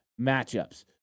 matchups